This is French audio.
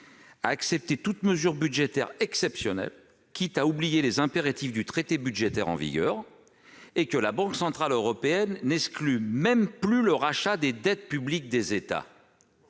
à accepter toutes les mesures budgétaires exceptionnelles quitte à oublier les impératifs du traité budgétaire en vigueur. Et même la Banque centrale européenne n'exclut plus le rachat des dettes publiques des États.